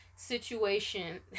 situation